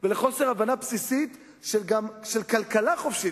ולחוסר הבנה בסיסית של כלכלה חופשית,